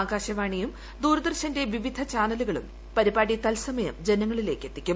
ആക്ട്മശ്ര്യാണിയും ദൂരദർശന്റെ വിവിധ ചാനലുകളും പരിപാടി തൽസ്മയം ജനങ്ങളിലേക്കെത്തിക്കും